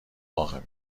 واقع